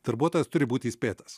darbuotojas turi būti įspėtas